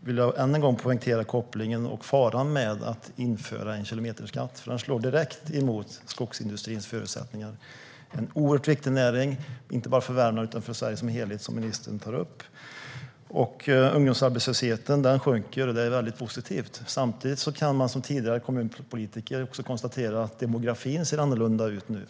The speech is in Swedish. vill jag än en gång peka på faran med en kilometerskatt. Den slår direkt mot skogsindustrins förutsättningar. Det är en oerhört viktig näring inte bara för Värmland utan för Sverige som helhet. Ungdomsarbetslösheten sjunker. Det är väldigt positivt. Samtidigt kan jag som tidigare kommunpolitiker också konstatera att demografin ser annorlunda ut nu.